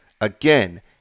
again